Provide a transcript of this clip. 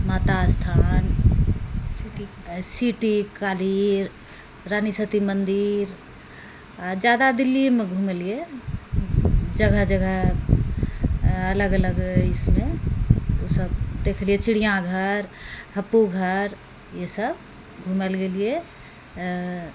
माता स्थान सिटी काली रानी सती मन्दिर ज्यादा दिल्लीएमे घूमलियै जगह जगह अलग अलग इसमे ओसभ देखलियै चिड़ियाघर अप्पूघर ईसभ घूमय लेल गेलियै